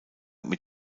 mit